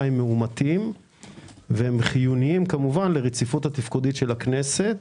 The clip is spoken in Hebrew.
עם מאומתים והם חיוניים לרציפות התפקודית של הכנסת.